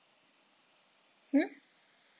hmm